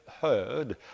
heard